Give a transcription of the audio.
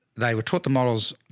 they were taught the models